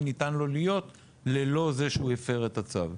ניתן לו להיות ללא זה שהוא הפר את הצו.